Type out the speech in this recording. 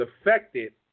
affected